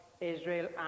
Israel